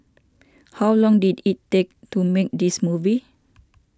how long did it take to make this movie